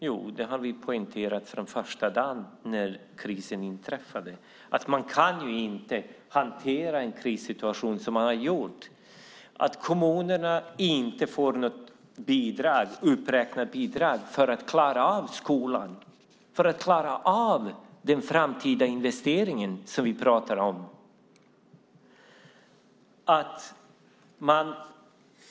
Jo, det har vi poängterat från första dagen då krisen inträffade. Man kan inte hantera en krissituation som man har gjort. Kommunerna får inte något uppräknat bidrag för att klara av skolan, för att klara av den framtida investering som vi pratar om.